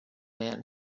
man